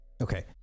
Okay